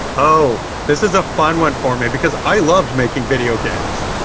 oh! this is a fun one for me, because i loved making video games.